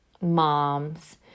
moms